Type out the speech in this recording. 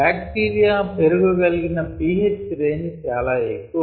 bacteria పెరుగ గలిగిన pH range చాల ఎక్కువ